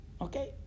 okay